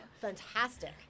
Fantastic